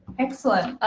excellent,